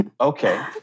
Okay